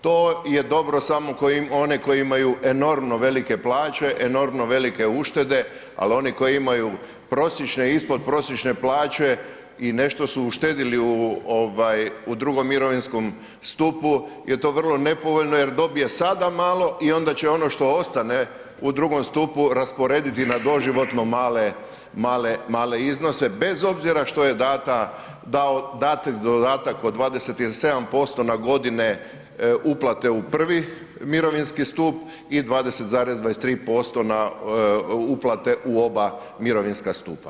To je dobro samo onima koji imaju enormno velike plaće, enormno velike uštede ali oni koji imaju prosječne i ispodprosječne plaće i nešto su uštedjeli u II. mirovinskom stupu je to vrlo nepovoljno jer dobije sada malo i onda će ono što ostane u II. stupu rasporediti na doživotno male iznose bez obzira što je dat dodatak od 27% na godine uplate u I. mirovinski stup i 20,23% na uplate u oba mirovinska stupa.